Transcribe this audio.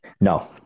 No